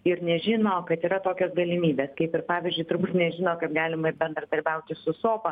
ir nežino kad yra tokios galimybės kaip ir pavyzdžiui turbūt nežino kad galima ir bendradarbiauti su sopa